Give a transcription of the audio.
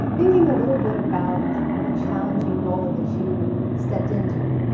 thinking a little bit about the challenging role that you stepped into,